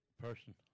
person